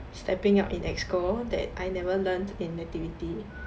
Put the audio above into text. stepping up in exco that I never learnt in nativity